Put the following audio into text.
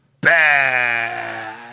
Bad